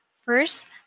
first